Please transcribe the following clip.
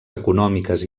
econòmiques